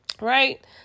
right